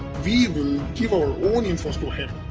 we will give our own info's to him,